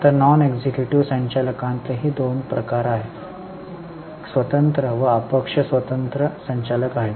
आता non executive संचालकांतही 2 प्रकार स्वतंत्र व अपक्ष स्वतंत्र संचालक आहेत